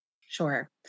Sure